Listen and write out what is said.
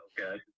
Okay